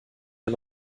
ein